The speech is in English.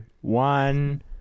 one